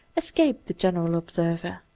esc ape the general observer.